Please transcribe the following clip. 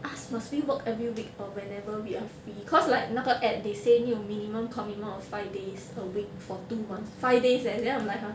ask must we work every week or whenever we are free cause like 那个 ad they say need to minimum commitment of five days a week for two months five days eh then I'm like !huh!